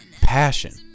passion